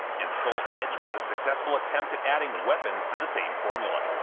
and soul edge was a successful attempt at adding weapons to the same formula.